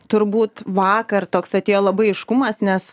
turbūt vakar toks atėjo labai aiškumas nes